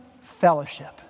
fellowship